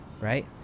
Right